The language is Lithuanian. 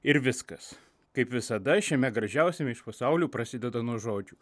ir viskas kaip visada šiame gražiausiame iš pasaulių prasideda nuo žodžių